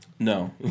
No